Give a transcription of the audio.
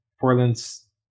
Portland's